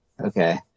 Okay